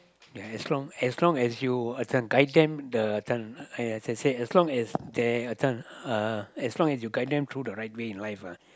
there as long as long as you can guide them the this one as I say as long as like I say as long as you guide them through the right way in life lah